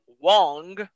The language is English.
Wong